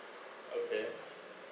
okay